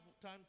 time